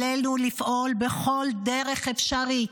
עלינו לפעול בכל דרך אפשרית,